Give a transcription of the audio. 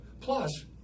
plus